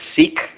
seek